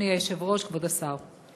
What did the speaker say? אדוני היושב-ראש, כבוד השר,